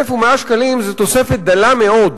1,100 שקלים זו תוספת דלה מאוד,